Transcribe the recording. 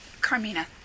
Carmina